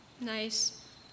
Nice